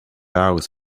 hours